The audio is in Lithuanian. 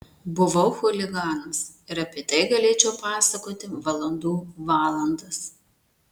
buvau chuliganas ir apie tai galėčiau pasakoti valandų valandas